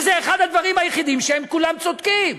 וזה אחד הדברים היחידים שהם כולם צודקים.